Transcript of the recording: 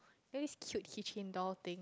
then this cute key chain doll thing